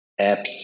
apps